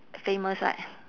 famous right